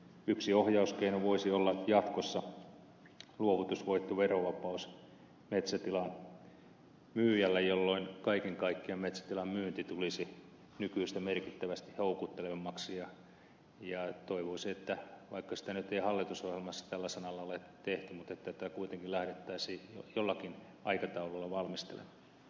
yksi ohjauskeino voisi olla jatkossa luovutusvoittoverovapaus metsätilan myyjälle jolloin kaiken kaikkiaan metsätilan myynti tulisi nykyistä merkittävästi houkuttelevammaksi ja toivoisi että vaikka sitä nyt ei hallitusohjelmassa tällä sanalla ole tehty niin sitä kuitenkin lähdettäisiin jollakin aikataululla valmistelemaan